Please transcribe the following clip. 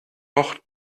noch